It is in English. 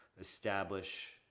establish